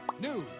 news